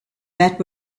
that